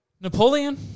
Napoleon